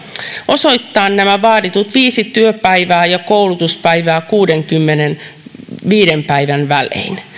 osoittaa nämä vaaditut viisi työpäivää tai koulutuspäivää kuudenkymmenenviiden päivän välein